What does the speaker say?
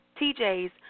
TJ's